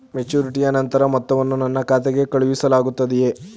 ಮೆಚುರಿಟಿಯ ನಂತರ ಮೊತ್ತವನ್ನು ನನ್ನ ಖಾತೆಗೆ ಕಳುಹಿಸಲಾಗುತ್ತದೆಯೇ?